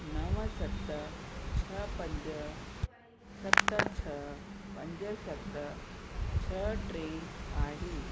नव सत छह पंज सत छह पंज सत छह टे आहे